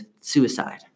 suicide